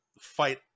fight